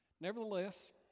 Nevertheless